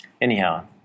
Anyhow